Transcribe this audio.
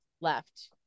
left